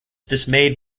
dismayed